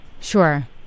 Sure